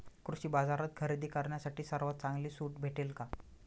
कृषी बाजारात खरेदी करण्यासाठी सर्वात चांगली सूट भेटेल का?